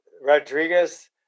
Rodriguez